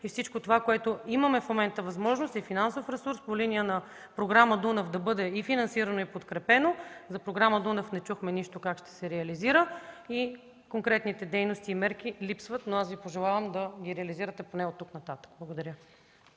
и всичко това, което имаме в момента като възможност и финансов ресурс по линия на Програма „Дунав”, да бъде и финансирано, и подкрепено. За Програма „Дунав” не чухме нищо – как ще се реализира? Конкретните дейности и мерки липсват, но аз Ви пожелавам да ги реализирате поне от тук нататък. Благодаря.